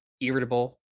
irritable